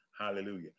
hallelujah